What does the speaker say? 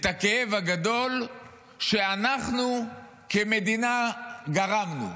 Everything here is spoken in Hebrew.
את הכאב הגדול שאנחנו כמדינה גרמנו.